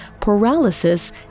paralysis